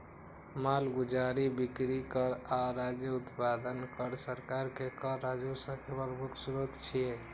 मालगुजारी, बिक्री कर आ राज्य उत्पादन कर सरकार के कर राजस्व के प्रमुख स्रोत छियै